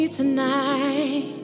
tonight